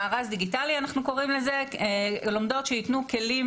מארז דיגיטלי אנחנו קוראים לזה, לומדות שיתנו כלים